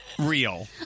Real